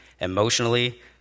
emotionally